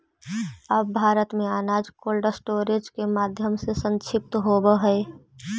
अब भारत में अनाज कोल्डस्टोरेज के माध्यम से संरक्षित होवऽ हइ